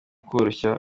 koroshya